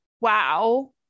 wow